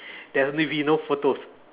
there will only be no photos